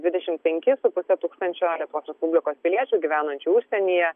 dvidešim penki su puse tūkstančio lietuvos respublikos piliečių gyvenančių užsienyje